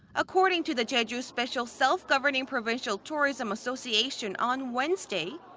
according to the jeju special self-governing provincial tourism association on wednesday.